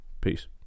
Peace